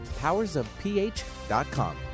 powersofph.com